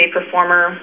Performer